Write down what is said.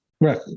right